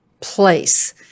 Place